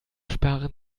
sparen